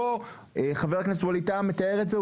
פה חבר הכנסת ווליד טאהא מתאר את זה,